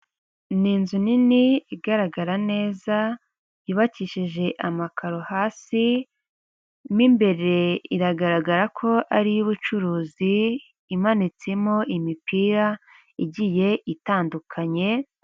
Ni inzu nini igaragara neza, yubakishije amakaro hasi, mo imbere iragaragara ko ari iy'ubucuruzi imanitsemo imipira igiye itandukanye.